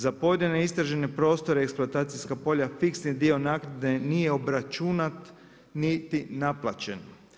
Za pojedine istražene prostore, eksploatacijska polja, fiksni dio naknade nije obračunat, niti naplaćen.